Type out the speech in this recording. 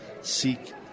seek